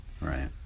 Right